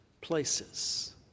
places